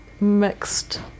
mixed